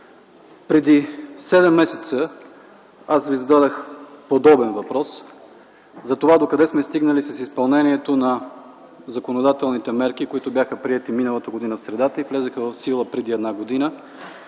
Преди седем месеца аз Ви зададох подобен въпрос – за това докъде сме стигнали с изпълнението на законодателните мерки, които бяха приети в средата на миналата година и влязоха в сила преди една година